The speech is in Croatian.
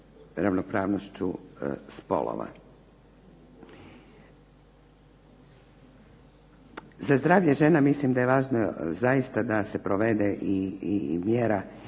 ravnopravnošću spolova. Za zdravlje žena mislim da je važno zaista da se provede i mjera